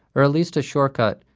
or at least a shortcut,